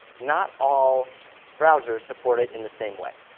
not all browsers support it in the same way.